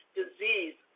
disease